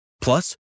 Plus